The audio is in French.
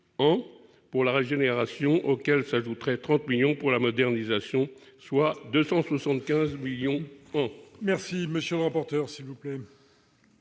pour la régénération, auquel s'ajouteraient 30 millions d'euros pour la modernisation, soit 275 millions d'euros